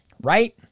Right